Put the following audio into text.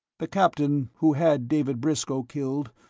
the captain who had david briscoe killed,